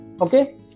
okay